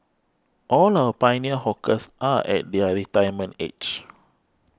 all our pioneer hawkers are at their retirement age